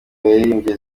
yaririmbye